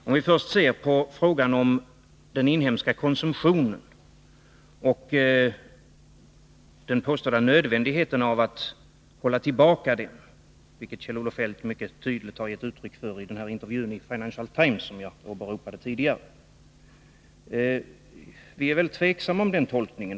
Låt oss först se på frågan om den inhemska konsumtionen och den påstådda nödvändigheten av att hålla tillbaka den, vilket Kjell-Olof Feldt mycket tydligt har gett uttryck för i den intervju i Financial Times som jag åberopade tidigare. Vi är väl tveksamma inför den tolkningen.